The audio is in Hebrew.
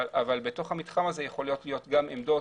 אבל בתוך המתחם הזה יכולות להיות גם עמדת